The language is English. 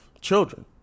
children